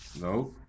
No